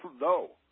No